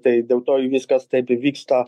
tai dėl to i viskas taip ir vyksta